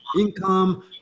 income